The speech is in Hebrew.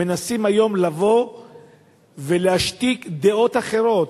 מנסים היום לבוא ולהשתיק דעות אחרות.